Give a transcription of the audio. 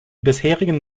bisherigen